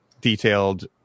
detailed